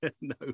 No